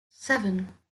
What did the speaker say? seven